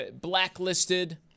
blacklisted